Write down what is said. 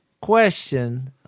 question